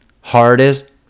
hardest